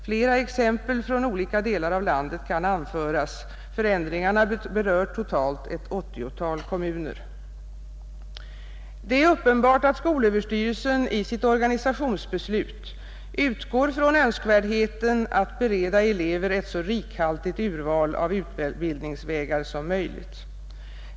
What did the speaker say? Flera exempel från olika delar av landet kan anföras. Förändringarna berör totalt ett 80-tal kommuner. Det är uppenbart att skolöverstyrelsen i sitt organisationsbeslut utgår från önskvärdheten att bereda elever ett så rikhaltigt urval av utbildningsvägar som möjligt.